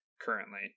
currently